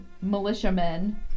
militiamen